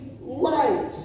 light